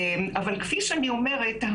אבל כפי שאני אומרת,